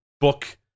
book